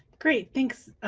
great, thanks,